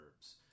herbs